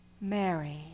Mary